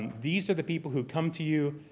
these are the people who come to you,